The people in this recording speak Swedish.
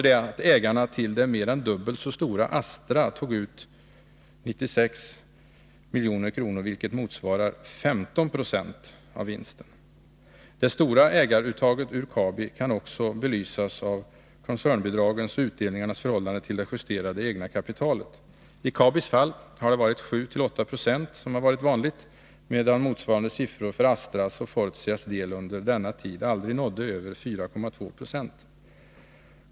Och ägarna till det mer än dubbelt så stora Astra tog ut 96 milj.kr., vilket motsvarar 15 96 av vinsten. Det stora ägaruttaget ur Kabi kan också belysas av koncernbidragens och utdelningarnas förhållande till det justerade egna kapitalet. I Kabis fall har 7-8 Yo varit det vanliga, medan motsvarande siffra för Astras och Fortias del under denna tid aldrig nått över 4,2 96.